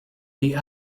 the